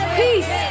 peace